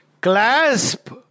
clasp